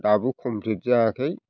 दाबो खमफ्लिट जायाखै